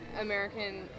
American